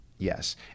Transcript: Yes